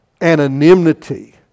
anonymity